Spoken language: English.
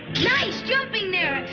nice jumping there,